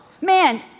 Man